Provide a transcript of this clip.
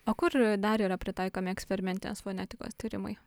o kur dar yra pritaikomi eksperimentinės fonetikos tyrimai